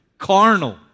Carnal